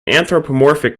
anthropomorphic